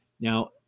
Now